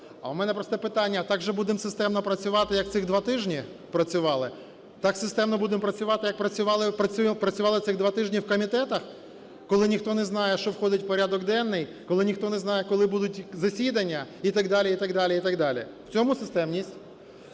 А в мене просто питання. Так же будемо системно працювати, як цих два тижні працювали? Так системно будемо працювати, як працювали цих два тижні в комітетах? Коли ніхто не знає, що входить в порядок денний. Коли ніхто не знає, коли будуть засідання і так далі, і так далі, і так